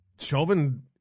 Chauvin